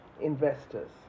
investors